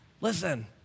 Listen